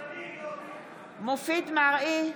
מופיד מרעי,